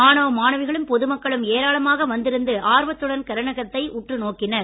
மாணவ மாணவிகளும் பொதுமக்களும் ஏராளமாக வந்திருந்து கிரகணத்தை உற்று நோக்கினர்